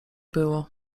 było